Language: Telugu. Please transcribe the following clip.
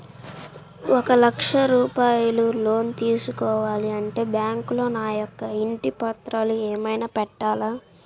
ఒక లక్ష రూపాయలు లోన్ తీసుకోవాలి అంటే బ్యాంకులో నా యొక్క ఇంటి పత్రాలు ఏమైనా పెట్టాలా?